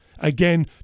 again